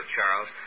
Charles